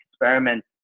experiment